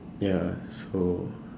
ya so